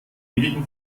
ewigen